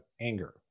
anger